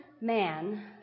man